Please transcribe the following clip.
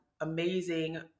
amazing